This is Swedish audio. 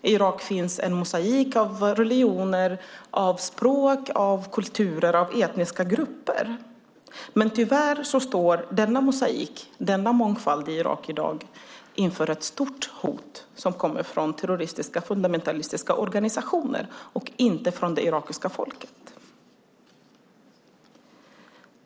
I Irak finns en mosaik av religioner, språk, kulturer och etniska grupper, men tyvärr står denna mosaik och denna mångfald i Irak i dag inför ett stort hot som kommer från terroristiska, fundamentalistiska organisationer och inte från det irakiska folket.